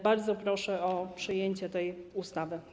Bardzo proszę o przyjęcie tej ustawy.